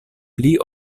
pli